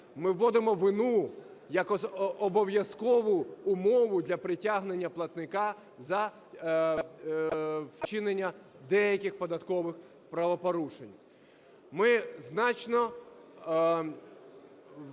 Ми вводимо вину як обов'язкову умову для притягнення платника за вчинення деяких податкових правопорушень. Ми значно вдосконалюємо